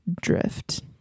drift